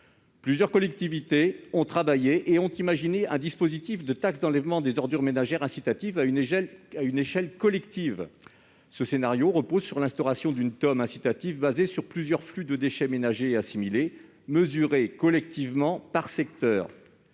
Plusieurs collectivités ont imaginé un dispositif de taxe d'enlèvement des ordures ménagères (TEOM) incitative à une échelle collective. Ce scénario repose sur l'instauration d'une TEOM incitative basée sur plusieurs flux de déchets ménagers et assimilés, mesurés collectivement par secteurs.